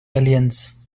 aliens